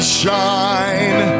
shine